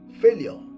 Failure